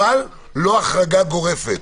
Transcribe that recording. אבל לא החרגה גורפת,